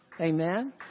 Amen